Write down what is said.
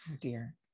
dear